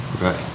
Right